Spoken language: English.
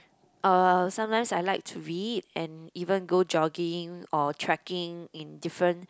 uh sometimes I like to read and even go jogging or trekking in different